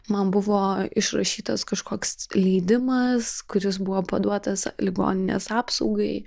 man buvo išrašytas kažkoks leidimas kuris buvo paduotas ligoninės apsaugai